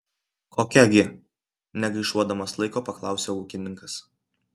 kokia gi negaišuodamas laiko paklausia ūkininkas